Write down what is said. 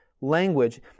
language